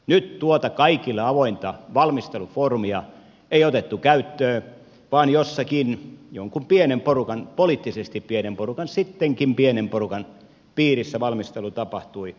nyt tuota kaikille avointa valmistelufoorumia ei otettu käyttöön vaan jossakin jonkun pienen porukan poliittisesti pienen porukan sittenkin pienen porukan piirissä valmistelu tapahtui